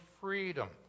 Freedom